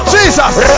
Jesus